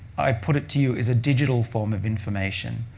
i put it to you, is a digital form of information.